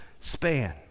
span